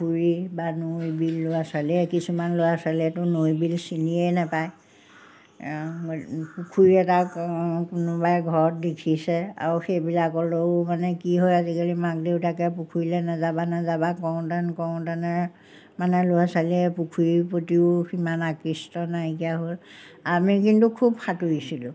পুখুৰী বা নৈ বিল ল'ৰা ছোৱালীয়ে কিছুমান ল'ৰা ছোৱালীয়েো নৈ বিল চিনিয়ে নাপায় পুখুৰী এটা কোনোবাই ঘৰত দেখিছে আৰু সেইবিলাকলৈও মানে কি হয় আজিকালি মাক দেউতাকে পুখুৰীলৈ নাযাবা নাযাবা কৰোঁতেনে কৰোঁতেনে মানে ল'ৰা ছোৱালীয়ে পুখুৰীৰ প্ৰতিও সিমান আকৃষ্ট নাইকিয়া হ'ল আমি কিন্তু খুব সাঁতোৰিছিলোঁ